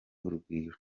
urugwiro